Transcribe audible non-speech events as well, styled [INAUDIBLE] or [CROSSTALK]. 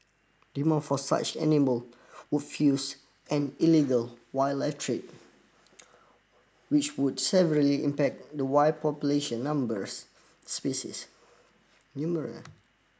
demand for such animal would fuse an illegal wildlife trade which would [UNINTELLIGIBLE] impact the wild population numbers species [UNINTELLIGIBLE]